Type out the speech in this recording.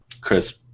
Chris